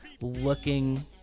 looking